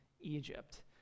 Egypt